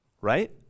Right